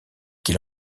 qui